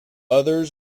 others